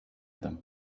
them